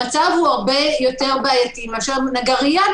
המצב הוא הרבה יותר בעייתי מאשר בנגרייה,